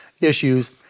issues